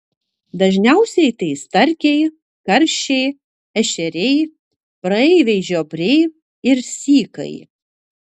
dažniausiai tai starkiai karšiai ešeriai praeiviai žiobriai ir sykai